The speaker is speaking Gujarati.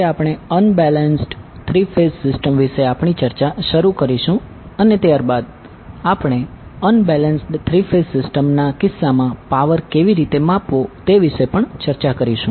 આજે આપણે અનબેલેન્સ્ડ થ્રી ફેઝ સિસ્ટમ વિશે આપણી ચર્ચા શરૂ કરીશું અને ત્યારબાદ આપણે અનબેલેન્સ્ડ થ્રી ફેઝ સિસ્ટમના કિસ્સામાં પાવર કેવી રીતે માપવો તે વિશે પણ ચર્ચા કરીશું